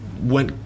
went